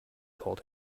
told